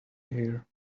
here